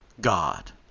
God